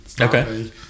Okay